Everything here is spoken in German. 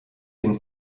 den